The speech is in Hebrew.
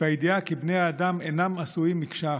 והידיעה כי בני האדם אינם עשויים מקשה אחת.